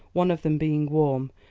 one of them being warm,